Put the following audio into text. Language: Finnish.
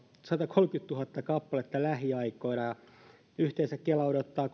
satakolmekymmentätuhatta kappaletta lähiaikoina ja yhteensä kela odottaa